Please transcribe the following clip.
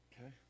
Okay